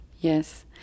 yes